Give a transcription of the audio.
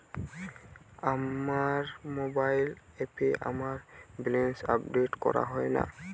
আমার মোবাইল অ্যাপে আমার ব্যালেন্স আপডেট করা হয় না